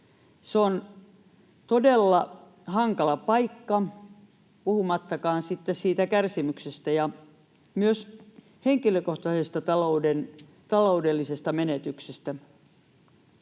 se on todella hankala paikka, puhumattakaan sitten siitä kärsimyksestä ja myös henkilökohtaisesta taloudellisesta menetyksestä.